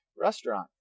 restaurant